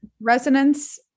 resonance